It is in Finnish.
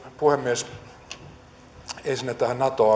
puhemies ensinnä tähän nato